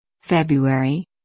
February